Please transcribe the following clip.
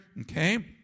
okay